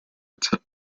attend